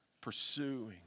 pursuing